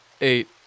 eight